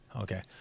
Okay